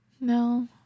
No